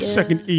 second